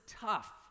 tough